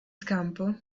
scampo